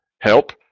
help